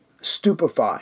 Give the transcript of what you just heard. stupefy